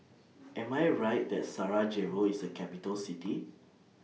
Am I Right that Sarajevo IS A Capital City